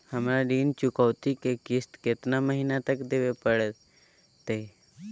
हमरा ऋण चुकौती के किस्त कितना महीना तक देवे पड़तई?